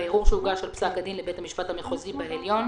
ערעור שהוגש על פסק הדין לבית המשפט המחוזי בעליון,